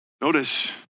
notice